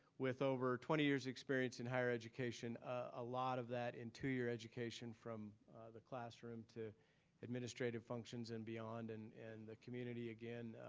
with over twenty years of experience in higher education, a lot of that in two-year education from the classroom to administrative functions and beyond and and the community, again,